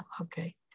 okay